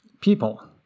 people